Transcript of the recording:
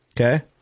okay